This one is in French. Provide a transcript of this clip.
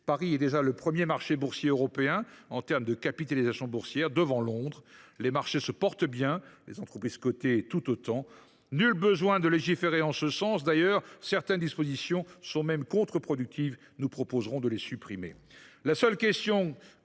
Paris est déjà le premier marché boursier européen du point de vue de la capitalisation boursière, devant Londres. Les marchés se portent bien, les entreprises cotées tout autant. Nul besoin, donc, de légiférer en ce sens. D’ailleurs certaines dispositions du texte sont même contre productives ; nous proposerons de les supprimer.